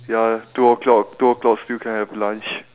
ya two o'clock two o'clock still can have lunch